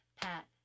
pat